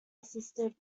assisted